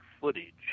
footage